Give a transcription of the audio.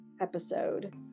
episode